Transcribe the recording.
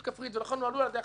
ונוהלו על-ידי החטיבה,